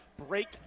break